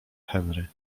henry